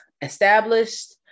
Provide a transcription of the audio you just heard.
established